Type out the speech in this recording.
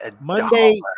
Monday